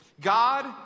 God